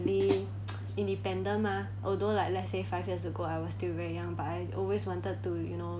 independent mah although like let's say five years ago I was still very young but I always wanted to you know